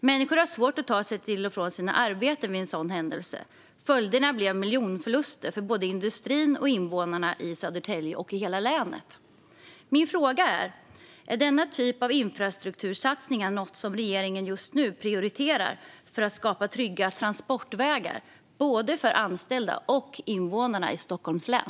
Människor har svårt att ta sig till och från sina arbeten vid en sådan händelse. Följderna blev miljonförluster för både industrin och invånarna i Södertälje och hela länet. Min fråga är: Är denna typ av infrastruktursatsningar något som regeringen just nu prioriterar för att skapa trygga transportvägar för anställda och för invånarna i Stockholms län?